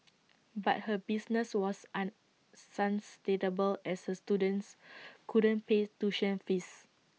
but her business was unsustainable as her students couldn't pay tuition fees